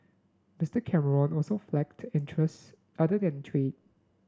Mister Cameron also flagged interests other than trade